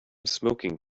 smoking